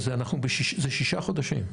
זה שישה חודשים.